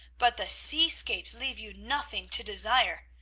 but the seascapes leave you nothing to desire.